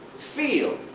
feel,